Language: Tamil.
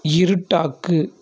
இருட்டாக்கு